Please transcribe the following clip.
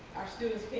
our students